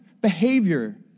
behavior